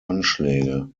anschläge